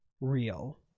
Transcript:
real